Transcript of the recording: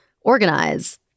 organize